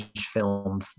film